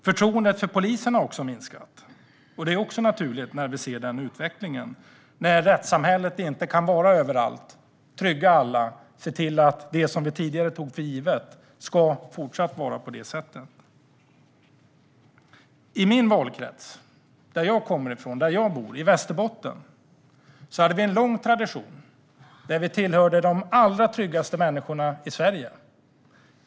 Förtroendet för polisen har också minskat, och det är naturligt när vi ser en utveckling där rättssamhället inte kan vara överallt, trygga alla och se till att det som vi tidigare tog för givet fortsatt ska vara på det sättet. I min valkrets där jag bor, Västerbotten, hade vi en lång tradition av att tillhöra de allra tryggaste människorna i Sverige.